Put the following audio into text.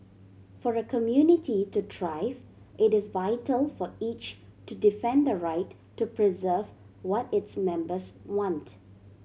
for a community to thrive it is vital for each to defend the right to preserve what its members want